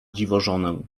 dziwożonę